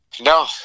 no